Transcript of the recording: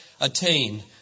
attain